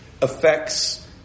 affects